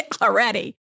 already